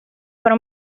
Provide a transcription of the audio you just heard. fare